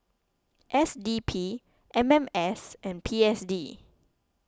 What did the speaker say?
S D P M M S and P S D